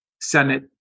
Senate